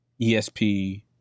ESP